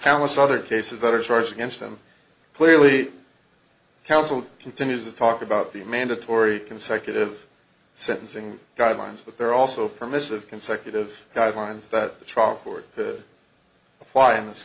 callous other cases that are charged against them clearly counseled continues to talk about the mandatory consecutive sentencing guidelines but they're also permissive consecutive guidelines that the trial court to apply in this